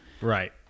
Right